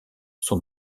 sont